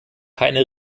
keine